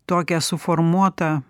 tokią suformuotą